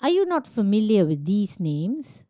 are you not familiar with these names